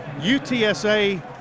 UTSA